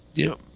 you know,